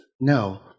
No